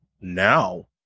Now